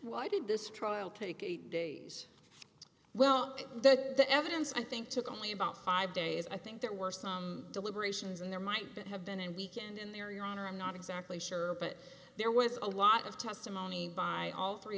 why did this trial critic eight days well the evidence i think took only about five days i think there were some deliberations and there might have been an weekend in there your honor i'm not exactly sure but there was a lot of testimony by all three